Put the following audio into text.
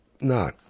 No